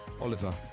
oliver